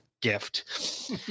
gift